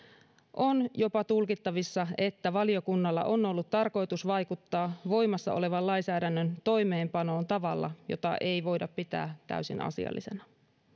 on jopa tulkittavissa että valiokunnalla on ollut tarkoitus vaikuttaa voimassa olevan lainsäädännön toimeenpanoon tavalla jota ei voida pitää täysin asiallisena